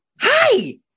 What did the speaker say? Hi